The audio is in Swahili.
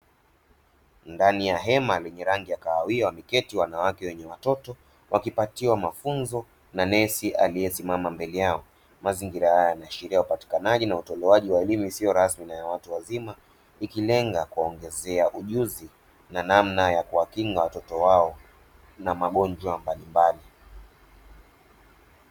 Ndani ya hema lenye rangi ya kahawia, wameketi wanawake wenye watoto wakipatiwa mafunzo na nesi aliyesimama mbele yao. Mazingira haya yanaashiria upatikanaji na utoaji wa elimu isiyo rasmi na ya watu wazima, ikilenga kuongezea ujuzi na namna ya kuwakinga watoto wao na magonjwa mbalimbali.